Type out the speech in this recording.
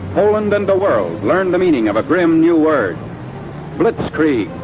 poland and the world learn the meaning of a grim new word blitzkrieg.